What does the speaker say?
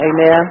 Amen